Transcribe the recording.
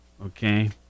Okay